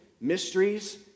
mysteries